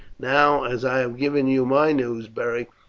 now, as i have given you my news, beric,